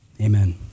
amen